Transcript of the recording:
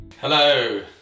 Hello